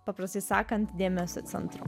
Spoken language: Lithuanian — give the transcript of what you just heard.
paprastai sakant dėmesio centru